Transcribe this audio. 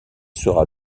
sera